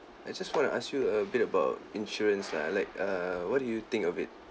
I just want to ask you a bit about insurance lah like err what do you think of it